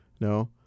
No